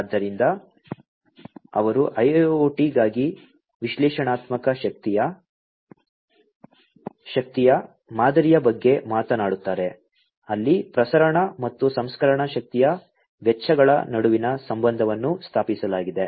ಆದ್ದರಿಂದ ಅವರು IIoT ಗಾಗಿ ವಿಶ್ಲೇಷಣಾತ್ಮಕ ಶಕ್ತಿಯ ಮಾದರಿಯ ಬಗ್ಗೆ ಮಾತನಾಡುತ್ತಾರೆ ಅಲ್ಲಿ ಪ್ರಸರಣ ಮತ್ತು ಸಂಸ್ಕರಣಾ ಶಕ್ತಿಯ ವೆಚ್ಚಗಳ ನಡುವಿನ ಸಂಬಂಧವನ್ನು ಸ್ಥಾಪಿಸಲಾಗಿದೆ